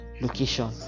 location